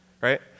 right